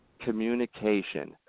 communication